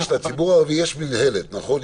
לציבור הערבי יש מינהלת במשטרה, נכון?